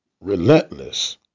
relentless